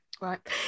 Right